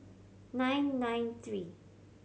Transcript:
nine nine three